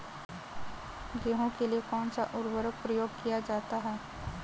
गेहूँ के लिए कौनसा उर्वरक प्रयोग किया जाता है?